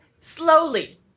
slowly